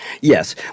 Yes